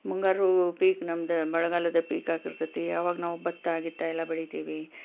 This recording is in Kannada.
ಮುಂಗಾರು ಪೀಕ್ ನಮ್ಮದು ಮಳೆಗಾಲದ ಪೀಕ್ ಆಗಿರ್ತೈತಿ ಅವಾಗ್ನಾವು ಭತ್ತ ಗಿತ್ತ ಎಲ್ಲ ಬೆಳಿತೀವಿ